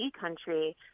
country